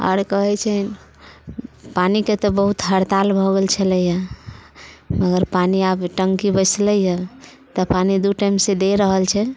आओर कहै छै पानिके तऽ बहुत हड़ताल भऽ गेल छलै मगर पानि आब टङ्की बैसलैहँ तऽ पानि दू टाइमसँ दे रहल छै